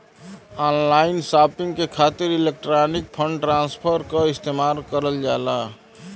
online shopping के खातिर electronic fund transfer क इस्तेमाल करल जाला